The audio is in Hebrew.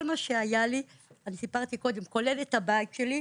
כל מה שהיה לי, כולל הבית שלי,